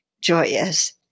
joyous